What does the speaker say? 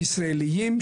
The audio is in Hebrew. גם ה-700 הם זריעת חול,